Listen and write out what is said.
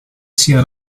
sia